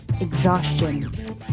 Exhaustion